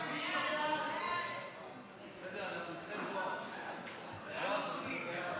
ההצעה להעביר את הצעת חוק אומנה